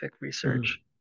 research